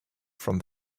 from